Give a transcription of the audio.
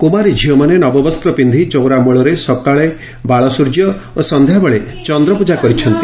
କୁମାରୀ ଝିଅମାନେ ନବବସ୍ତ ପିକ୍ଷି ଚଉରା ମୂଳରେ ସକାଳେ ବାଳସୂର୍ଯ୍ୟ ଓ ସନ୍ଧ୍ୟାବେଳେ ଚନ୍ଦ୍ରପୂଜା କରିଛନ୍ତି